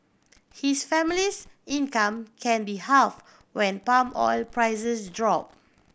his family's income can be halve when palm oil prices drop